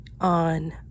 on